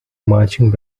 marching